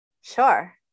Sure